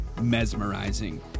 mesmerizing